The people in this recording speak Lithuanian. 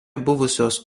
buvusios